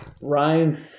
Ryan